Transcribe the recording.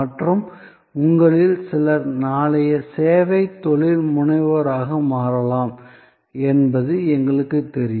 மற்றும் உங்களில் சிலர் நாளைய சேவை தொழில்முனைவோராக மாறலாம் என்பது எங்களுக்குத் தெரியும்